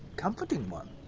comforting one.